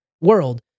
world